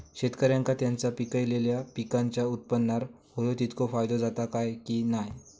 शेतकऱ्यांका त्यांचा पिकयलेल्या पीकांच्या उत्पन्नार होयो तितको फायदो जाता काय की नाय?